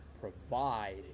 provide